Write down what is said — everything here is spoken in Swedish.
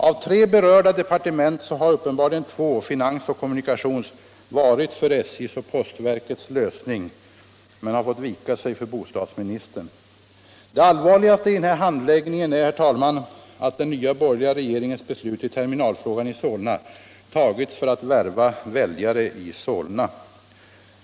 Av de tre berörda departementen har uppenbarligen två, finansoch kommunikations-, varit för SJ:s och postverkets lösning men har fått vika sig för bostadsministern. Det allvarligaste i den här handläggningen är, herr talman, att den nya borgerliga regeringens beslut i terminalfrågan har tagits för att värva väljare i Solna.